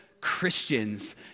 Christians